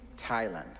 Thailand